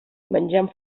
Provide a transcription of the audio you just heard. menjant